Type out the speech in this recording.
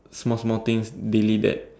small small things really that